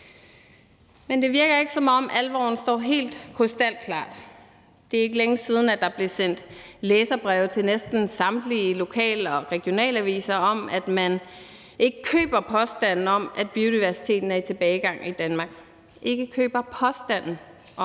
Men det virker ikke, som om alvoren står helt krystalklar. Det er ikke længe siden, der blev sendt læserbreve til næsten samtlige lokal- og regionalaviser om, at man ikke køber påstanden om, at biodiversiteten er i tilbagegang i Danmark – ikke køber påstanden om,